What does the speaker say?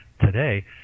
today